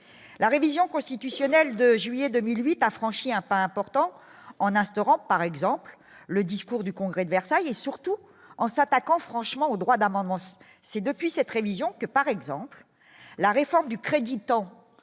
la révision constitutionnelle de juillet 2008 a franchi un pas important en instaurant, par exemple, le, le discours du congrès de Versailles, et surtout en s'attaquant franchement au droit d'amendement, c'est depuis cette révision, que par exemple la réforme du crédit temps